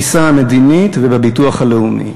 בתפיסה המדינית ובביטוח הלאומי.